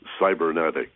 Cybernetics